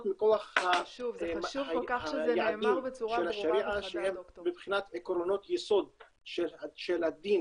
מכוח היעדים של השריעה שהם בבחינת עקרונות יסוד של הדין